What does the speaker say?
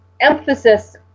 emphasis